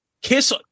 kiss